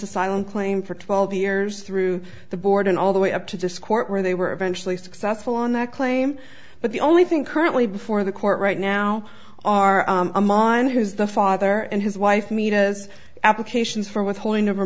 asylum claim for twelve years through the board and all the way up to this court where they were eventually successful on that claim but the only thing currently before the court right now are a mine who's the father and his wife menas applications for withholding